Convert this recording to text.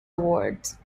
awards